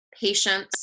patience